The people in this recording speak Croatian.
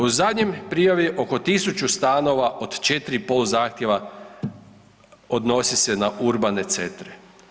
U zadnjoj prijavi oko 1.000 stanova od 4 i pol zahtjeva odnosi se na urbane centre.